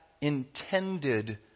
intended